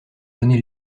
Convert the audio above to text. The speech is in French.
donné